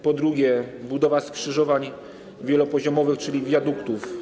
Po drugie, budowa skrzyżowań wielopoziomowych, czyli wiaduktów.